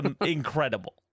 incredible